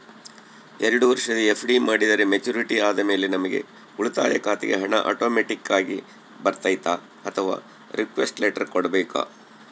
ಎರಡು ವರುಷ ಎಫ್.ಡಿ ಮಾಡಿದರೆ ಮೆಚ್ಯೂರಿಟಿ ಆದಮೇಲೆ ನಮ್ಮ ಉಳಿತಾಯ ಖಾತೆಗೆ ಹಣ ಆಟೋಮ್ಯಾಟಿಕ್ ಆಗಿ ಬರ್ತೈತಾ ಅಥವಾ ರಿಕ್ವೆಸ್ಟ್ ಲೆಟರ್ ಕೊಡಬೇಕಾ?